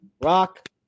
Rock